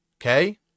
Okay